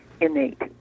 innate